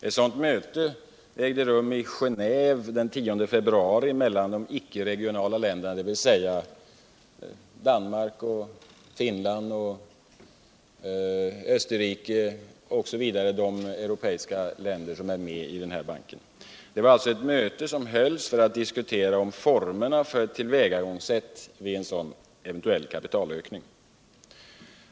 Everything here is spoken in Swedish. Ett möte ägde rum i Genéve den 10 februari mellan de ickeregionala länderna, dvs. Danmark, Finland, Österrike osv., de europeiska länder som är med i banken. Det var alltså ett möte som hölls för att man skulle diskutera formerna för en sådan eventuell kapitalökning.